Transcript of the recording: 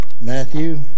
Matthew